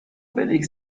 billig